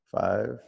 five